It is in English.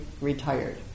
retired